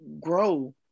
grow